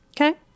Okay